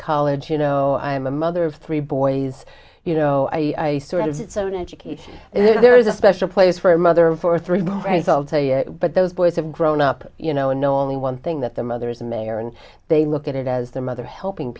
college you know i'm a mother of three boys you know i sort is it's own education and there is a special place for a mother for three days i'll tell you but those boys have grown up you know know only one thing that their mother is a mayor and they look at it as their mother helping